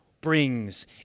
brings